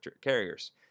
carriers